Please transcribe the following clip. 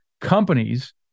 companies